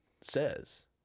says